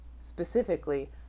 specifically